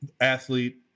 athlete-